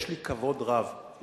יש לי כבוד רב לפקידות,